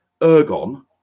ergon